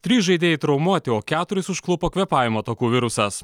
trys žaidėjai traumuoti o keturis užklupo kvėpavimo takų virusas